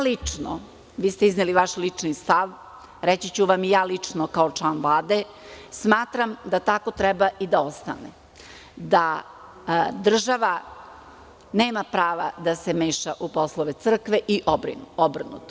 Lično, vi ste izneli vaš lični stav, reći ću vam i ja lično kao član Vlade, smatram da tako treba i da ostane, da država nema prava da se meša u poslove crkve i obrnuto.